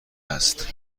است